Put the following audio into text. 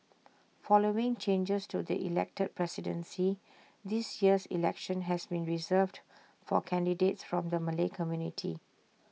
following changes to the elected presidency this year's election has been reserved for candidates from the Malay community